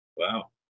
Wow